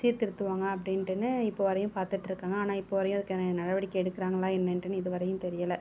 சீர்திருத்துவாங்க அப்படின்ட்டுனு இப்போ வரையும் பார்த்துட்ருக்காங்க ஆனால் இப்போ வரையும் அதுக்கான நடவடிக்கை எடுக்கிறாங்களா என்னன்ட்டுனு இது வரையும் தெரியலை